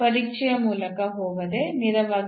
ಆದ್ದರಿಂದ ಇದು ಧನಾತ್ಮಕ ಸಂಖ್ಯೆಯಾಗಿದೆ